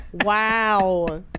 wow